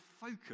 focus